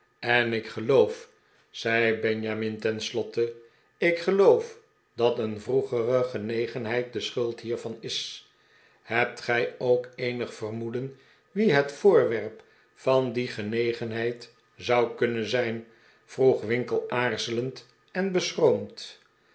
en ik geloof zei benjamin tenslotte ik geloof dat een vroegere genegenheid de schuld hiervan is l hebt gij ook eenig vermoeden wie het voorwerp van die genegenheid zou kunnen zijn vroeg winkle aarzelend en beschroomd